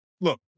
Look